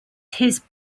his